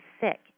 sick